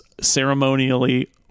ceremonially